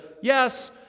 Yes